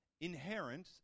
inherent